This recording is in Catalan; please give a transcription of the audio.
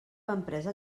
empresa